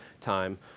time